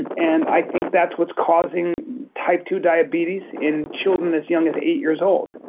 and and i think that's what's causing type two diabetes in children as young as eight years old.